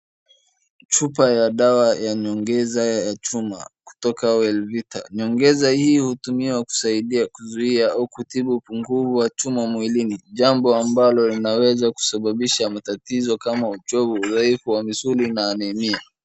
Chupa ya dawa ya nyongeza ya chuma kutoka Wellvita , nyongeza hii hutumiwa kusaidia kuzuia au kutibu upunguvu wa chuma mwilini, jambo ambalo linaweza kusababisha matatizo kama uchovu, udhaifu wa misuli na mengine.